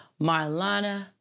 Marlana